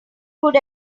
could